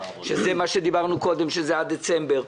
שזה מה שדיברנו קודם עד דצמבר.